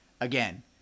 again